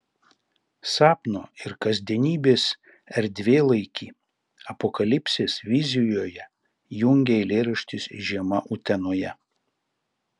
sapno ir kasdienybės erdvėlaikį apokalipsės vizijoje jungia eilėraštis žiema utenoje